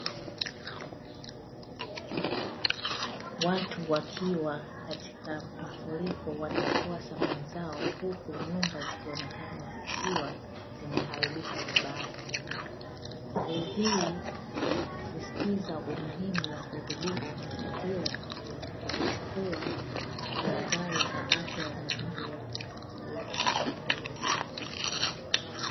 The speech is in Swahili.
Watu wakiwa katika mafuriko wanaokoa thamani zao huku nyumba zikionekana zikiwa zimeharibika vibaya. Hali hii ina sisitiza umuhimu wa kudhibiti mazingira na kuchukua tahadhari za afya ya mazingira.